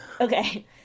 Okay